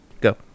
go